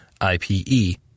IPE